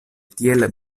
tiel